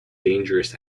dangerous